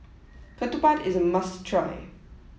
Ketupat is a must try